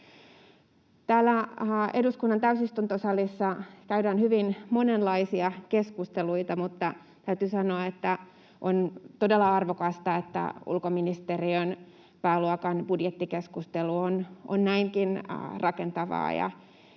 Täällä eduskunnan täysistuntosalissa käydään hyvin monenlaisia keskusteluita, mutta täytyy sanoa, että on todella arvokasta, että ulkoministeriön pääluokan budjettikeskustelu on näinkin rakentavaa